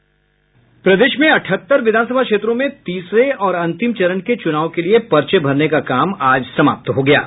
प्रदेश में अठहत्तर विधानसभा क्षेत्रों में तीसरे और अंतिम चरण के चुनाव के लिए पर्चे भरने का काम आज समाप्त हो गया है